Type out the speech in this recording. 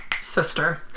sister